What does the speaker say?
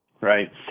Right